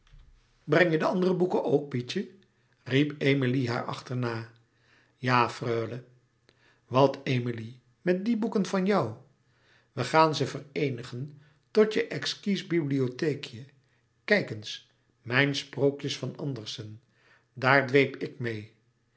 breng je de andere boeken ook pietje riep emilie haar achterna ja freule wat emilie met die boeken van jou we gaan ze vereenigen tot je exquis louis couperus metamorfoze bibliotheekje kijk eens mijn sprookjes van andersen daar dweep ik meê